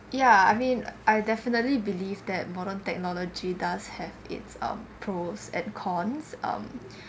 yeah I mean I definitely believe that modern technology does have it's um pros and cons um